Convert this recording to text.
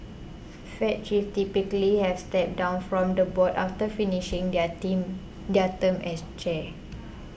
fed chiefs typically have stepped down from the board after finishing their ting their term as chair